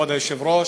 כבוד היושב-ראש,